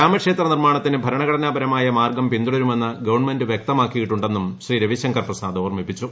രാമക്ഷേത്ര നിർമ്മാണത്തിന് ഭരണഘടനാ പരമായ മാർഗ്ഗം പിന്തുടരുമെന്ന് ഗവൺമെന്റ് വൃക്തമാക്കിയിട്ടുണ്ടെന്നും ശ്രീ രവിശങ്കർ പ്രസാദ് ഓർമ്മിപ്പിച്ചു